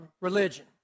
religion